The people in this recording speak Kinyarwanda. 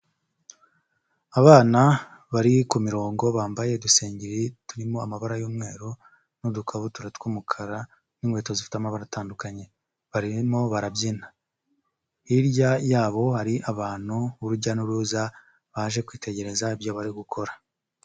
Abana bari ku mirongo bambaye udusengeri turimo amabara y'umweru n'udukabutura tw'umukara n'inkweto zifite amabara atandukanye barimo barabyina, hirya yabo hari abantu b'urujya n'uruza baje kwitegereza ibyo bari gukora.